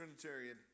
Trinitarian